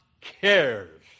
cares